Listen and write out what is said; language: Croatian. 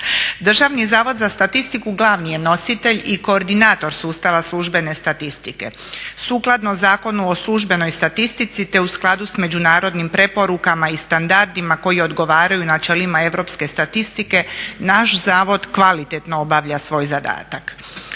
Državni zavod za statistiku glavni je nositelj i koordinator sustava službene statistike. Sukladno Zakonu o službenoj statistici te u skladu s međunarodnim preporukama i standardima koji odgovaraju načelima europske statistike naš zavod kvalitetno obavlja svoj zadatak.